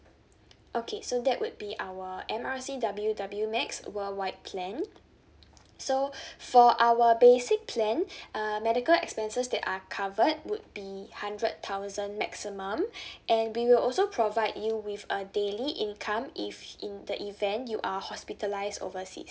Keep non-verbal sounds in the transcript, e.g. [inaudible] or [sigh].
okay so that would be our M R C W W max worldwide plan so [breath] for our basic plan [breath] uh medical expenses that are covered would be hundred thousand maximum [breath] and we will also provide you with a daily income if in the event you are hospitalise overseas